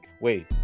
wait